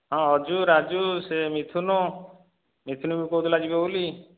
ହଁ ଅଜୁ ରାଜୁ ସେ ମିଥୁନୁ ମିଥୁନୁ ବି କହୁଥିଲା ଯିବ ବୋଲି